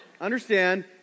understand